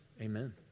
Amen